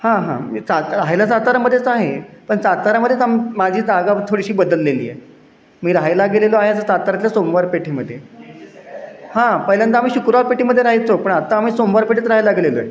हां हां मी चालला राहायला सातारामध्येच आम माझी जागा थोडीशी बदललेली आहे मी राहायला गेलेलो आहे सातारातल्या सोमवार पेठेमध्ये हां पहिल्यांदा आम्ही शुक्रवार पेठेमध्ये राहायचो पण आता आम्ही सोमवार पेठेत राहायला गेलेलो आहे